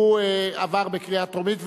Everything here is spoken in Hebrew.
התש"ע 2009,